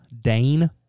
dane